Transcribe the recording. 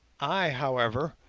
i, however,